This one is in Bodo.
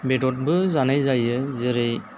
बेददबो जानाय जायो जेरै